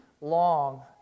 long